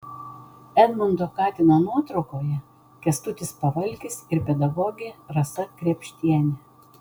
edmundo katino nuotraukoje kęstutis pavalkis ir pedagogė rasa krėpštienė